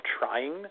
trying